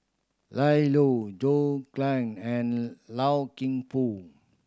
Ian Loy John Clang and Loy Keng Foo